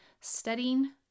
studying